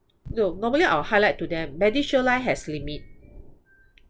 no normally I'll highlight to them medishield life has limit